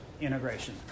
integration